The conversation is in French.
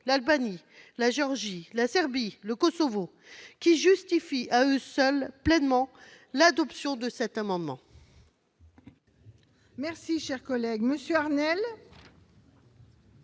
l'Albanie, la Géorgie, la Serbie ou le Kosovo, qui justifie à elle seule l'adoption de cet amendement.